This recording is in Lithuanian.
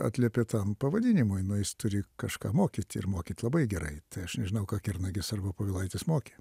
atliepia tam pavadinimui nu jis turi kažką mokyt ir mokyt labai gerai tai aš nežinau ką kernagis arba povilaitis mokė